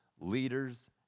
leaders